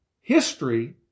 history